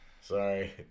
Sorry